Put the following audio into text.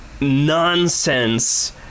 nonsense